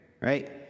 right